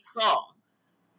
songs